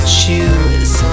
choose